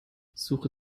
suche